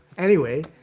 anyway,